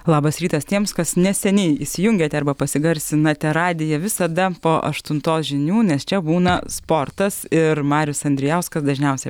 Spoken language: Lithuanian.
labas rytas tiems kas neseniai įsijungėte arba pasigarsinote radiją visada po aštuntos žinių nes čia būna sportas ir marius andrijauskas dažniausiai